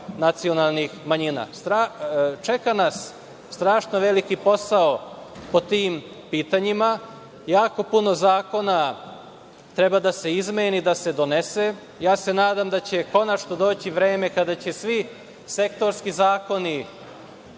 nacionalnih manjina. Čeka nas strašno veliki posao po tim pitanjima. Jako puno zakona treba da se izmeni i da se donese. Ja se nadam da će konačno doći vreme kada će svi sektorski zakoni